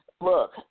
Look